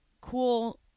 cool